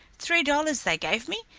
three dollars they gave me.